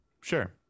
Sure